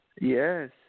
Yes